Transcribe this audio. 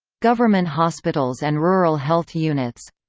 government hospitals and rural health units